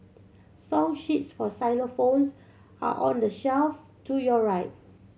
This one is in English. song sheets for xylophones are on the shelf to your right